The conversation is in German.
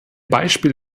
beispiel